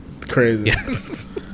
Crazy